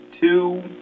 two